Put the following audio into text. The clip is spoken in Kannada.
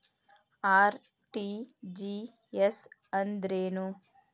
ಆರ್.ಟಿ.ಜಿ.ಎಸ್ ಅಂದ್ರೇನು?